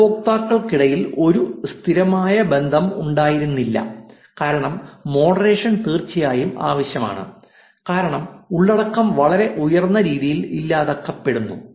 ഉപയോക്താക്കൾക്കിടയിൽ ഒരു സ്ഥിരമായ ബന്ധം ഉണ്ടായിരുന്നില്ല കാരണം മോഡറേഷൻ തീർച്ചയായും ആവശ്യമാണ് കാരണം ഉള്ളടക്കം വളരെ ഉയർന്ന രീതിയിൽ ഇല്ലാതാക്കപ്പെടുന്നു